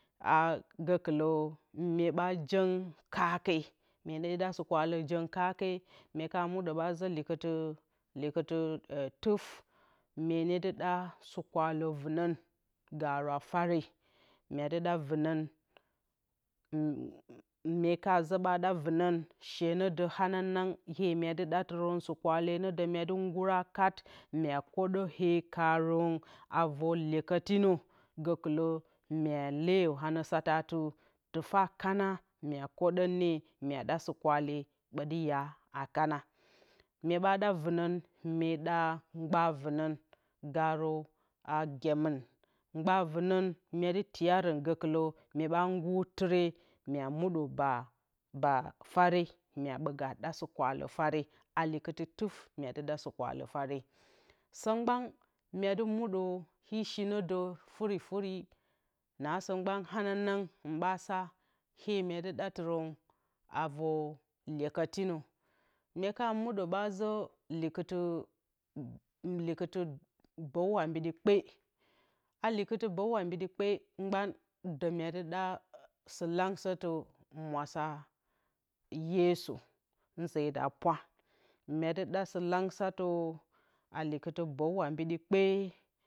A gǝkɨlǝ myeɓa jǝng kake ne ɗa sɨkwale jǝng kake myeka muɗǝ ɓa zǝ likɨtɨ likɨtɨ tuf myene ɗa sɨkwale vɨnǝn gaarǝ a fare myedɨ ɗa vɨnǝn mye ka zǝ ɓa ɗa vɨnǝn shinǝ dǝ hananang ee myedɨ ɗatɨrǝn sɨkwale ne dǝ myedɨ ngura kat mye kǝdǝ hee karǝn avǝr lyekǝtinǝ gǝkɨlǝ mye leeyǝ anǝsateti tɨfa kana mye kwadan nǝ myeda sɨkwale ɓti ya a kana myeɓa ɗa vɨnǝn, myeɗa gba vɨnǝn garǝ a gyemɨn gba vɨnǝn myedɨ tiyarǝn gǝkɨlǝ myeɓa ngur tɨre mye muɗǝ ba ba fare aɓo ga ɗa sɨkwalǝ likɨtɨ tuf fare a sǝ mgban myedɨ muɗǝ e shinǝdǝ furifuri aasǝ mgban hananang ɓa a hee myedɨ ɗatɨrǝn avǝr lyekǝtinǝ ka mǝdǝ ɓa zú likɨtí likɨtí bǝw mbiɗi kpe a likɨti bǝw ambiɗi kpe mgban myedɨ ɗa sɨlangsǝti mwasa yesu nzeda pwa myedɨ ɗa sɨlangsǝtǝ likɨti bǝw ambidɨ kpe